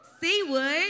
Seawood